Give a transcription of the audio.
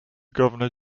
governor